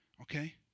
Okay